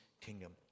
kingdom